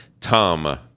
Tom